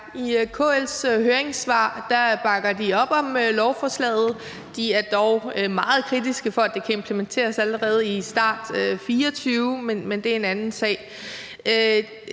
I KL's høringssvar bakker de op om lovforslaget. De er dog meget kritiske, i forhold til om det kan implementeres allerede i starten af 2024, men det er en anden sag.